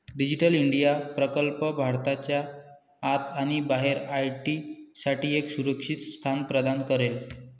digital India प्रकल्प भारताच्या आत आणि बाहेर आय.टी साठी एक सुरक्षित स्थान प्रदान करेल